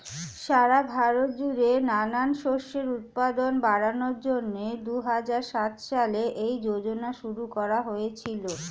সারা ভারত জুড়ে নানান শস্যের উৎপাদন বাড়ানোর জন্যে দুহাজার সাত সালে এই যোজনা শুরু করা হয়েছিল